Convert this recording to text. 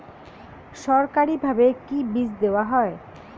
সরকারিভাবে কি বীজ দেওয়া হয়?